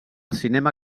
cinema